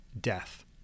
death